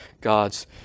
God's